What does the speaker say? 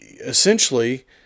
Essentially